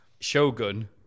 Shogun